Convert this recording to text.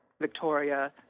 Victoria